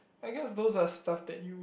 I guess those are stuff that you would